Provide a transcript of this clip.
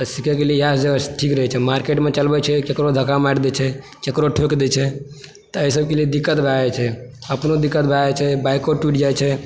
सिखयके लिए इएह जगह ठीक रहय छै मार्केटमे चलबै छै केकरो धक्का मारि देइ छै केकरो ठोकि दै छै तऽ एहि सभके लिए दिक्कत भए जाइ छै अपनो दिक्कत भए जाइ छै बाइको टुटि जाइ छै